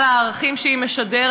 על הערכים שהיא משדרת,